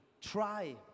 Try